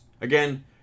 Again